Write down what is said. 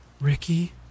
Ricky